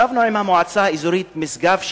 ישבנו עם המועצה האזורית משגב,